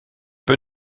peu